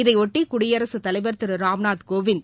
இதையொட்டிகுடியரசுத் தலைவர் திருராம்நாத் கோவிந்த்